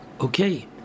Okay